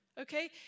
okay